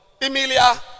Emilia